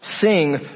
sing